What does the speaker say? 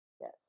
Yes